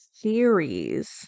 Theories